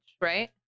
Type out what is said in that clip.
right